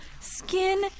Skin